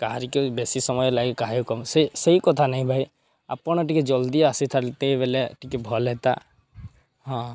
କାହାରିକି ବେଶୀ ସମୟ ଲାଗେ କାହାରିକି କମ୍ ସେ ସେଇ କଥା ନାହିଁ ଭାଇ ଆପଣ ଟିକେ ଜଲ୍ଦି ଆସିଥାନ୍ତେ ବେଲେ ଟିକେ ଭଲ୍ ହେତା ହଁ